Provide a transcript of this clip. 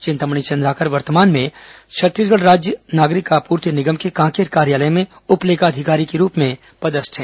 चिंतामणि चंद्राकर वर्तमान में छत्तीसगढ़ राज्य नागरिक आपूर्ति निगम के कांकेर कार्यालय में उप लेखा अधिकारी के रूप में पदस्थ हैं